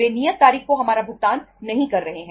वे नियत तारीख को हमारा भुगतान नहीं कर रहे हैं